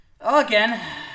Again